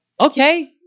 Okay